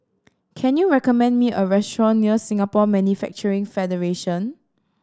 can you recommend me a restaurant near Singapore Manufacturing Federation